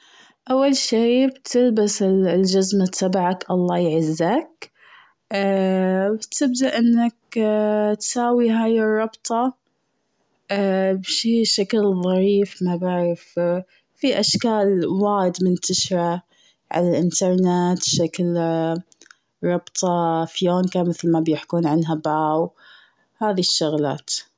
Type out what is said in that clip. أول شي بتلبس ال- الجزمة تبعك الله يعزك. بتبدأ انك تساوي هاي الربطة. بشي شكل ظريف ما بعرف في أشكال وايد منتشرة، على الإنترنت شكل ربطة Fionca متل ما بيحكون عنها bow، هادي الشغلات.